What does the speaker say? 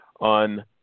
on